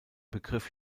begriff